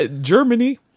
Germany